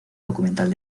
documental